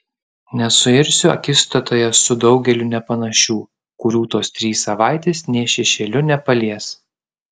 nesuirsiu akistatoje su daugeliu nepanašių kurių tos trys savaitės nė šešėliu nepalies